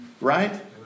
right